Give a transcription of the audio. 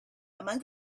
among